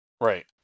Right